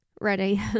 ready